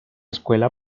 escuela